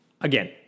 Again